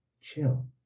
chill